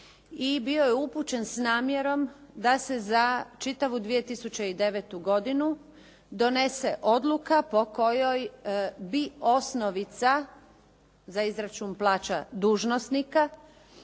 i bio je upućen s namjerom da se za čitavu 2009. godinu donese odluka po kojoj bi osnovica za izračun plaća dužnosnika